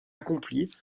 accomplie